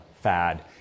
fad